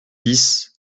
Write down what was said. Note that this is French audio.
dix